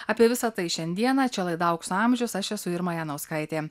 apie visa tai šiandieną čia laidų aukso amžius aš esu irma janauskaitė